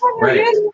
Right